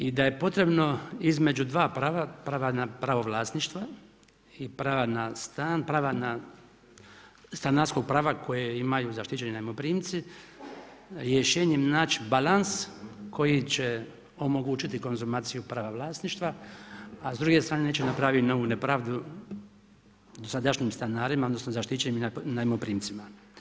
I da je potrebno između dva prava, prvo pravo vlasništva i prava na stan, prava na, stanarskog prava koje imaju zaštićeni najmoprimci rješenjem naći balans koji će omogućiti konzumaciju prava vlasništva a s druge strane neće napraviti novu nepravdu, sadašnjim stanarima, odnosno zaštićenim najmoprimcima.